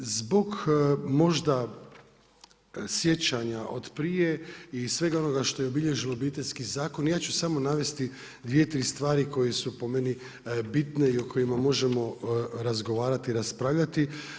Zbog možda sjećanje od prije i svega onoga što je obilježeno Obiteljski zakon, ja ću samo navesti 2, 3 stvari koje su po meni bitne i o kojima možemo razgovarati i raspravljati.